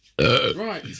Right